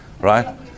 right